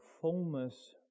fullness